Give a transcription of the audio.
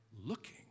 looking